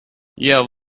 yeah